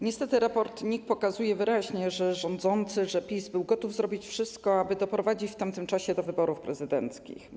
Niestety raport NIK pokazuje wyraźnie, że rządzący, że PiS był gotów zrobić wszystko, aby doprowadzić w tamtym czasie do wyborów prezydenckich.